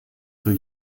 für